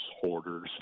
hoarders